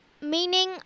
meaning